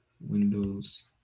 windows